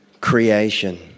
creation